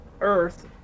earth